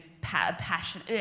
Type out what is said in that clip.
passion